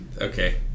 Okay